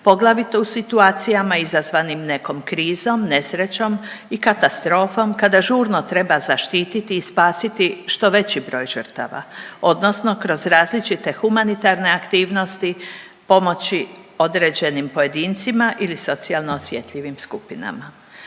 poglavito u situacijama izazvanim nekom krizom, nesrećom i katastrofom kada žurno treba zaštiti i spasiti što veći broj žrtava odnosno kroz različite humanitarne aktivnosti pomoći određenim pojedincima ili socijalno osjetljivim skupinama.